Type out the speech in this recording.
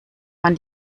man